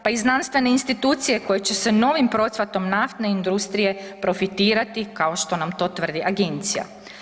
Pa znanstvene institucije koje će se novim procvatom naftne industrije profitirati kao što nam to tvrdi agencija.